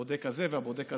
הבודק הזה והבודק הזה,